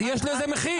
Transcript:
יש לזה מחיר.